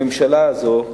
הממשלה הזו,